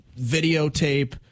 videotape